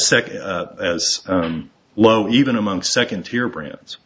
second as low even among second tier brands